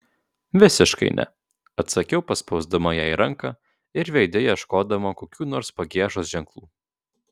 visiškai ne atsakiau paspausdama jai ranką ir veide ieškodama kokių nors pagiežos ženklų